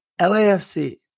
LAFC